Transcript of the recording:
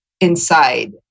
inside